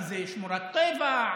כי זה שמורת טבע,